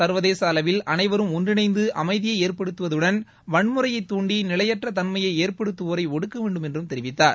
சர்வதேச அளவில் அனைவரும் ஒன்றிணைந்து அமைதியை ஏற்படுத்துவதுடன் வன்முறையை தூண்டி நிலையற்ற தன்மையை ஏற்படுத்துவோரை ஒடுக்க வேண்டும் என்று தெரிவித்தார்